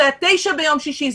זה היה 9 ביום שישי,